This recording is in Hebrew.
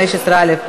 15א,